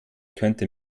könnte